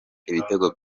ibitego